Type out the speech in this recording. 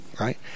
right